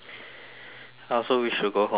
I also wish to go home but I can't